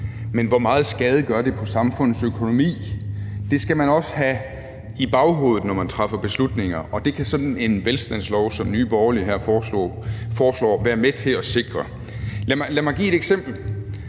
men hvor meget skade gør det på samfundets økonomi? Det skal man også have i baghovedet, når man træffer beslutninger, og det kan sådan en velstandslov, som Nye Borgerlige her foreslår, være med til at sikre. Lad mig give et eksempel.